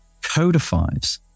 codifies